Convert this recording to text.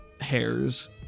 hairs